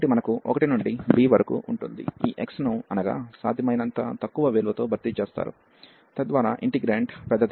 కాబట్టి మనకు 1 నుండి b వరకు ఉంటుంది మరియు ఈ x ను 1 అనగా సాధ్యమైనంత తక్కువ విలువతో భర్తీ చేస్తారు తద్వారా ఇంటిగ్రేంట్ పెద్దది